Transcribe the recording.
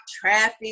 traffic